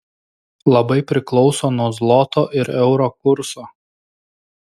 labai priklauso nuo zloto ir euro kurso